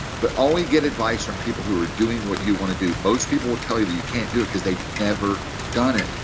but only get advice from people who are doing what you want to do. most people will tell you that you can't do it, because they've never done it.